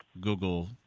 Google